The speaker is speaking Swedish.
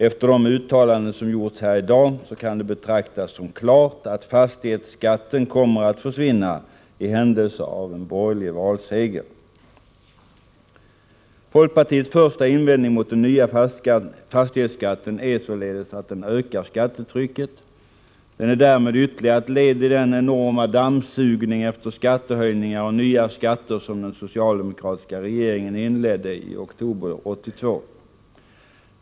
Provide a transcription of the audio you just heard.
Efter de uttalanden som har gjorts här i dag kan det betraktas som klart att fastighetsskatten kommer att försvinna i händelse av en borgerlig valseger. Folkpartiets första invändning mot den nya fastighetsskatten är således att den ökar skattetrycket. Den är därmed ytterligare ett led i den enorma dammsugning efter skattehöjningar och nya skatter som den socialdemokratiska regeringen inledde i oktober 1982.